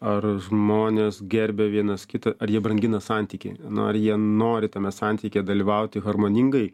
ar žmonės gerbia vienas kitą ar jie brangina santykį na ar jie nori tame santykyje dalyvauti harmoningai